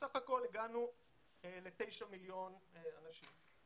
בסך הכול הגענו לתשעה מיליון אנשים.